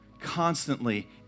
constantly